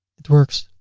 it works.